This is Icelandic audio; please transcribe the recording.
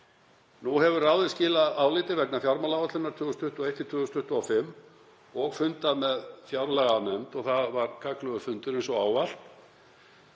Nú hefur ráðið skilað áliti vegna fjármálaáætlunar 2021–2025 og fundað með fjárlaganefnd. Það var gagnlegur fundur eins og ávallt.